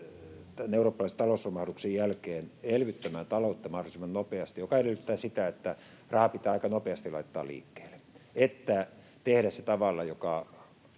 eurooppalaisen talousromahduksen jälkeen sekä elvyttämään taloutta mahdollisimman nopeasti, mikä edellyttää sitä, että raha pitää aika nopeasti laittaa liikkeelle, että tekemään sen tavalla, joka